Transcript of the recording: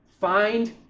Find